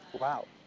Wow